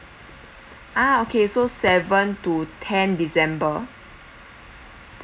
ah okay so seven to ten december